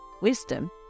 Wisdom